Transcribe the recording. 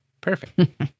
Perfect